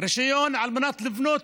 רישיון על מנת לבנות